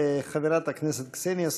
חברת הכנסת קסניה סבטלובה.